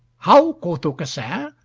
how, quoth aucassin,